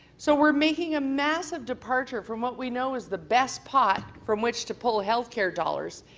so we're making a massive departure from what we know is the best pot from which to pull health care dollars,